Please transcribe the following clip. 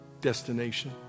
destination